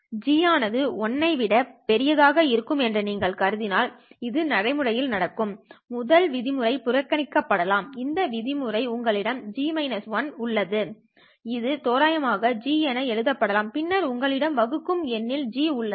G ஆனது 1 ஐ விட பெரிதாக இருக்கும் என்று நீங்கள் கருதினால் இது நடைமுறையில் நடக்கும் முதல் விதிமுறை புறக்கணிக்கப்படலாம் இந்த விதிமுறையில் உங்களிடம் G 1 உள்ளது இது தோராயமாக G என எழுதப்படலாம் பின்னர் உங்களிடம் வகுக்கும் எண்ணின் G உள்ளது